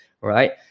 right